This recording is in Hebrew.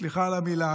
סליחה על המילה,